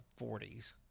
40s